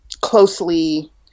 closely